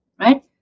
right